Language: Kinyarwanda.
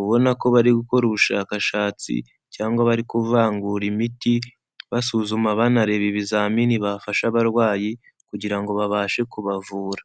Ubona ko bari gukora ubushakashatsi cyangwa bari kuvangura imiti basuzuma, banareba ibizamini bafashe abarwayi kugira ngo babashe kubavura.